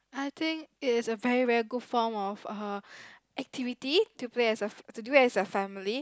I think it is a very very good form of uh activity to play as a to do as a family